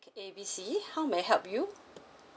A B C how may I help you